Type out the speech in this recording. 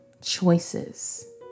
choices